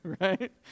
Right